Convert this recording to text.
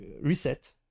reset